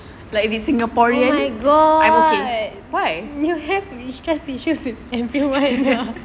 like if singaporean I'm okay why